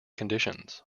conditions